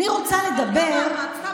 בת כמה הבת?